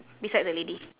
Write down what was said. beside the lady